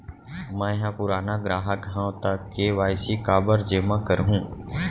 मैं ह पुराना ग्राहक हव त के.वाई.सी काबर जेमा करहुं?